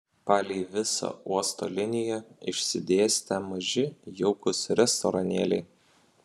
palei visą uosto liniją išsidėstę maži jaukūs restoranėliai